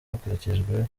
hakurikijwe